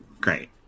Great